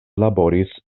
laboris